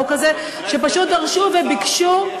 החוק הזה, שפשוט דרשו וביקשו,